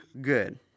good